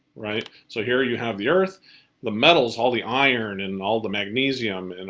right. so here you have the earth the metals, all the iron, and all the magnesium, and